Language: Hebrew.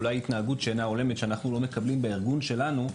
אולי התנהגות שאינה הולמת שאנחנו לא מקבלים בארגון שלנו,